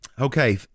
Okay